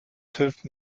fünften